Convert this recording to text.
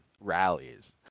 rallies